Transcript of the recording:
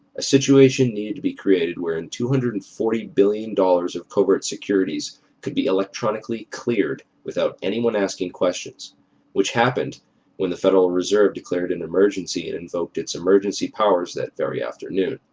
a situation needed to be created wherein two hundred and forty billion dollars dollars of covert securities could be electronically cleared without anyone asking questions which happened when the federal reserve declared an emergency and invoked its emergency powers that very afternoon.